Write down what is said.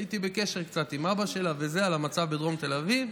הייתי קצת בקשר עם אבא שלה על המצב בדרום תל אביב.